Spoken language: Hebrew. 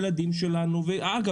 אגב,